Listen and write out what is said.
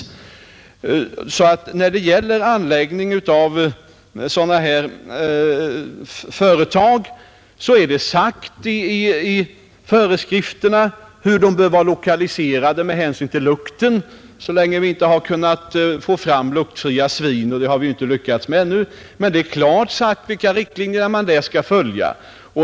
I dessa föreskrifter anges beträffande etablering av sådana här företag bl.a. hur de bör vara lokaliserade med hänsyn till lukten och det behövs så länge vi inte kan få fram luktfria svin, vilket vi inte lyckats med ännu! Det är klart utsagt vilka riktlinjer som därvidlag skall följas.